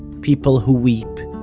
people who weep.